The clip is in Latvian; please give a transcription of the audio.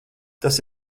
tas